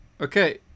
Okay